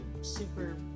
super